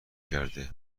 کردست